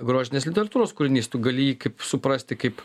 grožinės literatūros kūrinys tu gali jį kaip suprasti kaip